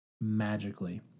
magically